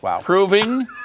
Proving